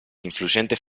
influyentes